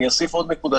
אני אוסיף עוד נקודה.